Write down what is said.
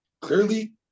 Clearly